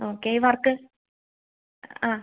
okay work ആ